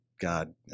God